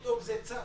שפתאום זה צץ.